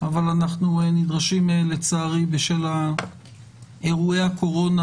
אבל לצערי בשל אירועי הקורונה,